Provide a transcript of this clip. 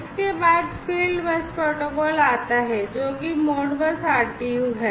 इसके बाद field bus protocol आता है जो कि मोडबस आरटीयू है